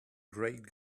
great